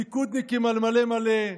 ליכודניקים על מלא מלא,